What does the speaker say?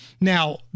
Now